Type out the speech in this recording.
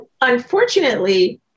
unfortunately